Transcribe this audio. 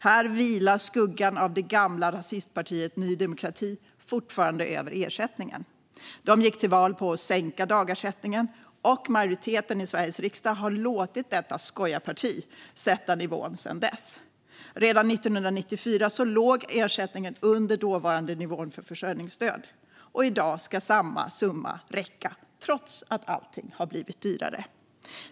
Här vilar skuggan av det gamla rasistpartiet Ny demokrati fortfarande över ersättningen. De gick till val på att sänka dagersättningen, och majoriteten i Sveriges riksdag har låtit detta skojarparti sätta nivån sedan dess. Redan 1994 låg ersättningen under dåvarande nivå för försörjningsstöd. I dag ska samma summa räcka, trots att allt har blivit dyrare.